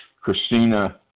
Christina